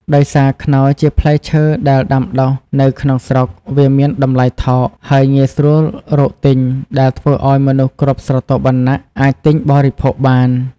ដោយសារខ្នុរជាផ្លែឈើដែលដាំដុះនៅក្នុងស្រុក វាមានតម្លៃថោក ហើយងាយស្រួលរកទិញ ដែលធ្វើឲ្យមនុស្សគ្រប់ស្រទាប់វណ្ណៈអាចទិញបរិភោគបាន។